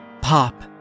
Pop